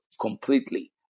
completely